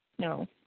No